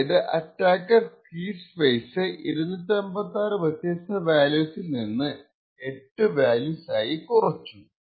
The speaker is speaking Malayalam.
അതായതു അറ്റാക്കർ കീ സ്പേസ് 256 വ്യത്യസ്ത വാല്യൂസിൽ നിന്ന് 8 വാല്യൂസ് ആയി കുറച്ചു